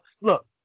Look